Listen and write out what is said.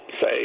say